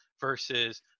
versus